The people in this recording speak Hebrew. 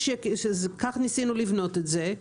כך ניסינו לבנות את זה.